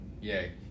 Yay